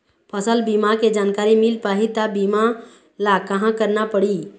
फसल बीमा के जानकारी मिल पाही ता बीमा ला कहां करना पढ़ी?